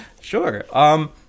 Sure